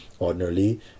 ordinarily